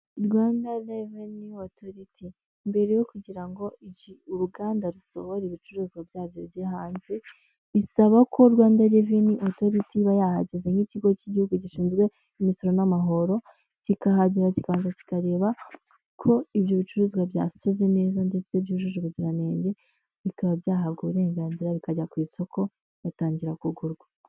Rwanda Revenue Authority, mbere yo kugira ngo uruganda rusohore ibicuruzwa byabyo bijye hanze , bisaba ko Rwanda Revenue Authority iba yahageze nk'ikigo cy'Igihugu gishinzwe imisoro n'amahoro, kikahagera kibanza kikareba ko ibyo bicuruzwa byasoze neza ndetse byujuje ubuziranenge, bikaba byahabwa uburenganzira bikajya ku isoko bigatangira kugurwa.